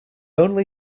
only